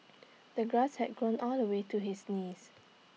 the grass had grown all the way to his knees